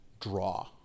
draw